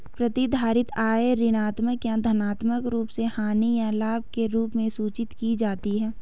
प्रतिधारित आय ऋणात्मक या धनात्मक रूप से हानि या लाभ के रूप में सूचित की जाती है